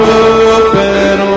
open